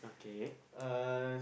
uh